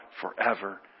forever